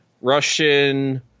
Russian